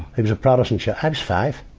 he was a protestant. i was five.